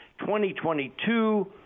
2022